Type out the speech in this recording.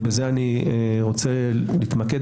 ובזה אני רוצה להתמקד,